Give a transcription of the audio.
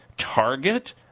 Target